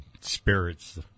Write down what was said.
spirits